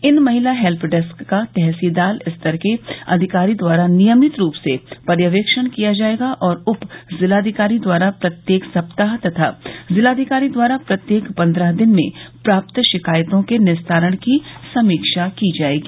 इन महिला help desk का तहसीलदार स्तर के अधिकारी द्वारा नियमित रूप से पर्यवेक्षण किया जायेगा और उप जिलाधिकारी द्वारा प्रत्येक सप्ताह तथा जिलाधिकारी द्वारा प्रत्येक पन्द्रह दिन में प्राप्त शिकायतों के निस्तारण की समीक्षा की जायेगी